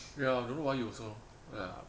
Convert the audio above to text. ya don't know why you also ya